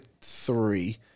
three